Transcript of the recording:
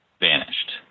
vanished